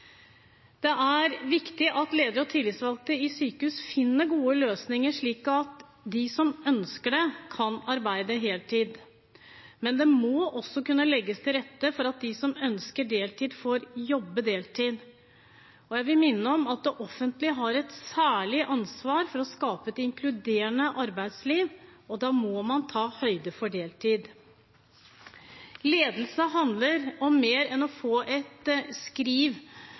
Det er viktig at ledere og tillitsvalgte i sykehus finner gode løsninger slik at de som ønsker det, kan arbeide heltid, men det må også kunne legges til rette for at de som ønsker deltid, får jobbe deltid. Jeg vil minne om at det offentlige har et særlig ansvar for å skape et inkluderende arbeidsliv, og da må man ta høyde for deltid. Ledelse handler om mer enn å få et skriv